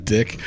Dick